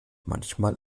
manchmal